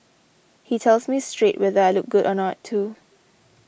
he tells me straight whether I look good or not too